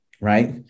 right